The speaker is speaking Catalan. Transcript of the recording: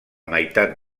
meitat